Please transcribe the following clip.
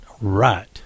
Right